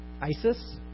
ISIS